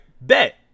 bet